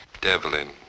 Devlin